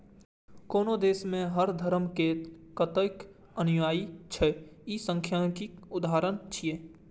कोनो देश मे हर धर्मक कतेक अनुयायी छै, ई सांख्यिकीक उदाहरण छियै